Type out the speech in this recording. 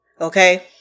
Okay